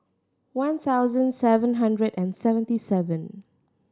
one thousand seven hundred and seventy seven